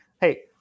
Hey